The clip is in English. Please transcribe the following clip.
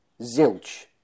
Zilch